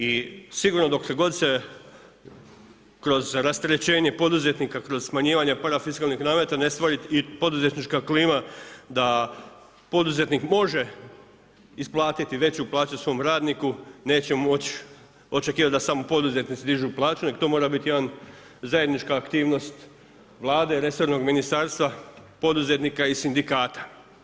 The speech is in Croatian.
I sigurno dokle god se kroz rasterećenje poduzetnika, kroz smanjivanje parafiskalnih nameta ne stvori i poduzetnička klima da poduzetnik može isplatiti veću plaću svom radniku, neće moći očekivati da samo poduzetnici dižu plaću nego to mora biti jedna zajednička aktivnost Vlade, resornog ministarstva, poduzetnika i sindikata.